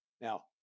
Now